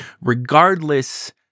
regardless